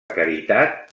caritat